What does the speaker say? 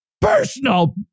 personal